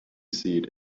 seat